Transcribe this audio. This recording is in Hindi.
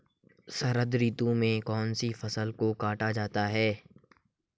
शरद ऋतु में कौन सी फसलों को काटा जाता है?